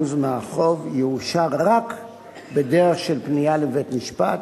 מהחוב יאושר רק בדרך של פנייה לבית-משפט